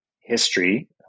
history